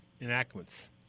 enactments